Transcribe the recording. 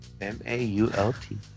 M-A-U-L-T